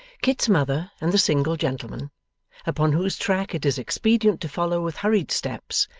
kit's mother and the single gentleman upon whose track it is expedient to follow with hurried steps,